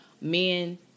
men